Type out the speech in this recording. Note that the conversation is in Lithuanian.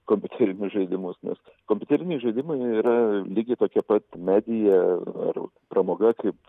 kompiuterinius žaidimus nes kompiuteriniai žaidimai jie yra lygiai tokie pat medija ar pramoga kaip